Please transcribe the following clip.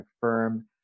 firm